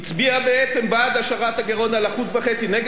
הגירעון על 1.5% ונגד הגדלת הגירעון ל-3%.